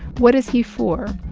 what is he for?